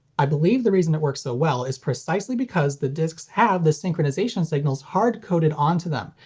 i believe the reason it works so well is precisely because the discs have the synchronization signals hard-coded onto them,